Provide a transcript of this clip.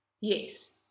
Yes